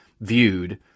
viewed